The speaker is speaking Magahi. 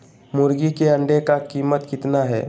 मुर्गी के अंडे का कीमत कितना है?